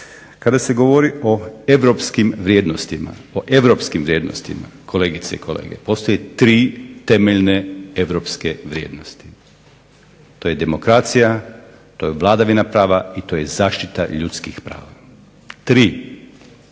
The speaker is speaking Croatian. Kada se govori o europskim vrijednostima kolegice i kolege. Postoje tri temeljne europske vrijednosti. To je demokracija, to je vladavina prava i to je zaštita ljudskih prava. Tri. Jedna